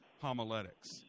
homiletics